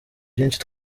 byinshi